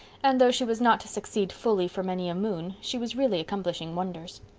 and, though she was not to succeed fully for many a moon, she was really accomplishing wonders.